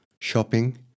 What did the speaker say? shopping